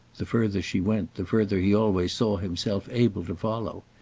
the further she went the further he always saw himself able to follow.